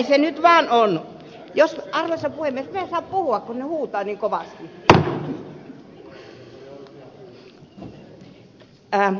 arvoisa puhemies minä en saa puhua kun ne huutavat niin kovasti